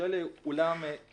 של אולם האירועים,